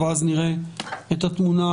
שני-שליש מהסניפים שלי הם מתחת ל-100